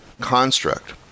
construct